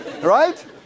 Right